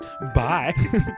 bye